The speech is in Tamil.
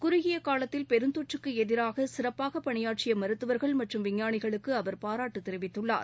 குறுகிய காலத்தில் பெருந்தொற்றுக்கு எதிராக சிறப்பாக பணியாற்றிய மருத்துவர்கள் மற்றும் விஞ்ஞானிகளுக்கு அவர் பாராட்டு தெரிவித்துள்ளார்